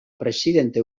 presidente